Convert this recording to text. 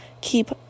Keep